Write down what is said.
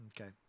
Okay